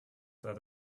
that